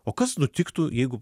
o kas nutiktų jeigu